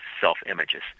self-images